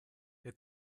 wir